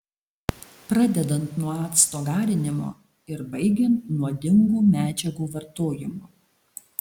pradedant nuo acto garinimo ir baigiant nuodingų medžiagų vartojimu